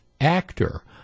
actor